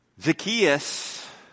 Zacchaeus